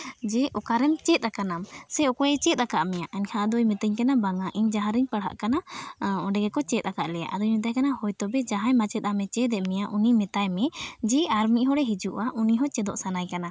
ᱡᱮ ᱚᱠᱟᱨᱮᱢ ᱪᱮᱫ ᱟᱠᱟᱱᱟᱢ ᱥᱮ ᱚᱠᱚᱭᱮ ᱪᱮᱫ ᱟᱠᱟᱫ ᱢᱮᱭᱟ ᱮᱱᱠᱷᱟᱱ ᱟᱫᱚᱭ ᱢᱤᱛᱟᱹᱧ ᱠᱟᱱᱟ ᱵᱟᱝᱟ ᱤᱧ ᱡᱟᱦᱟᱸ ᱨᱮᱧ ᱯᱟᱲᱦᱟᱜ ᱠᱟᱱᱟ ᱚᱸᱰᱮ ᱜᱮᱠᱚ ᱪᱮᱫ ᱟᱠᱟᱫ ᱞᱮᱭᱟ ᱟᱫᱚᱧ ᱢᱮᱛᱟᱭ ᱠᱟᱱᱟ ᱦᱚᱭᱛᱳ ᱡᱟᱦᱟᱸᱭ ᱢᱟᱪᱮᱫ ᱟᱢᱮ ᱪᱮᱫ ᱮᱫ ᱢᱮᱭᱟ ᱩᱱᱤ ᱢᱮᱛᱟᱭ ᱢᱮ ᱡᱮ ᱟᱨ ᱢᱤᱫ ᱦᱚᱲᱮ ᱦᱤᱡᱩᱜᱼᱟ ᱩᱱᱤ ᱦᱚᱸ ᱪᱮᱫᱚᱜ ᱥᱟᱱᱟᱭᱮ ᱠᱟᱱᱟ